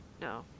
No